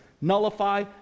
nullify